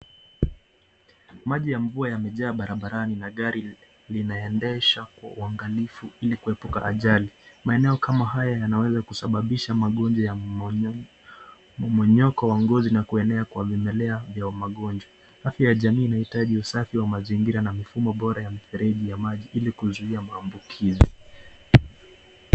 Maji ya mvua yamejaa barabarani na gari linaendesha kwa uangalifu ili kuepuka ajali. Maeneo kama haya yanaweza kusababisha magonjwa ya monyonyo mmomonyoko wa ngozi na kuenea kwa vimelea vya magonjwa. Afya ya jamii inahitaji usafi wa mazingira na mifumo bora ya mifereji ya maji ili kuzuia maambukizi.